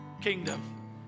kingdom